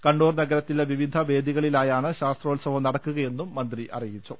കണ്ണൂർ നഗരത്തിലെ വിവിധ വേദികളിലായാണ് ശാസ്ത്രോത്സവം നടക്കുകയെന്നും മന്ത്രി അറിയിച്ചു